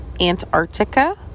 Antarctica